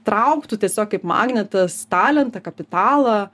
trauktų tiesiog kaip magnetas talentą kapitalą